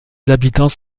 habitants